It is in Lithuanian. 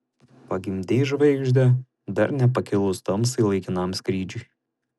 pagimdei žvaigždę dar nepakilus tamsai laikinam skrydžiui